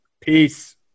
peace